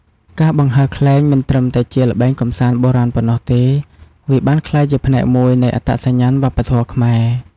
ការបង្ហើរខ្លែងមិនត្រឹមតែជាល្បែងកម្សាន្តបុរាណប៉ុណ្ណោះទេ វាបានក្លាយជាផ្នែកមួយនៃ អត្តសញ្ញាណវប្បធម៌ខ្មែរ។